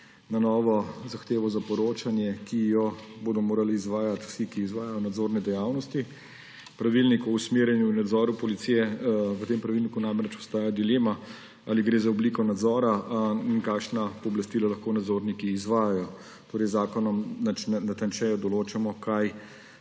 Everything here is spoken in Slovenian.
na novo zahtevo za poročanje, ki jo bodo morali izvajati vsi, ki izvajajo nadzorne dejavnosti. Pravilnik o usmerjanju in nadzoru policije, v tem pravilniku namreč obstaja dilema, ali gre za obliko nadzora in kakšna pooblastila lahko nadzorniki izvajajo. Torej z zakonom natančneje določamo, kaj